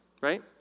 right